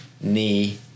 knee